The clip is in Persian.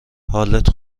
حالت